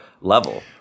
level